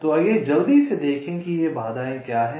तो आइए जल्दी से देखें कि ये बाधाएँ क्या हैं